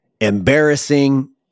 embarrassing